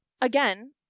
again